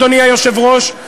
אדוני היושב-ראש,